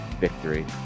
victory